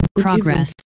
progress